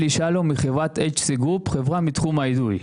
אלי שלום, חברת אייג' סיגופ, חברה מתחום האידוי.